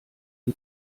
die